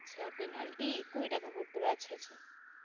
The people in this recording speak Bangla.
আচ্ছা পেনাল্টি কুড়ি টাকা ভরতে হবে আচ্ছা আচ্ছা